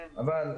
אבל,